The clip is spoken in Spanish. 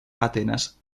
atenas